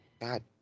God